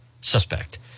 suspect